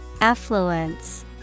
Affluence